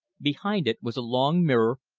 behind it was a long mirror,